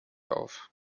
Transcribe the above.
auf